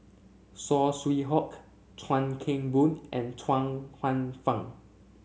Saw Swee Hock Chuan Keng Boon and Chuang Hsueh Fang